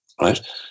right